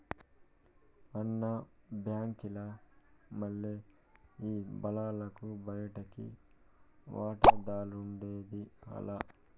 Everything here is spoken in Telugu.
అన్న, బాంకీల మల్లె ఈ బాలలకు బయటి వాటాదార్లఉండేది లా